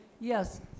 Yes